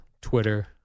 Twitter